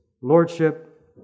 Lordship